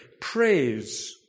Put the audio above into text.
Praise